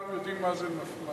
לא כולם יודעים מה זה מפמ"ר.